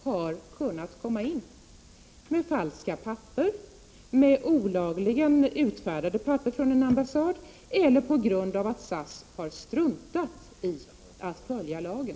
Har de kommit in med falska papper, med olagligt utfärdade papper från någon ambassad eller på grund av att SAS har struntat i att följa lagen?